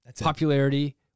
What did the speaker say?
popularity